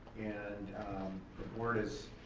and the board is,